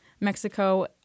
Mexico